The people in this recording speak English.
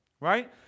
right